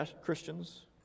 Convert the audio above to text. Christians